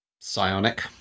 Psionic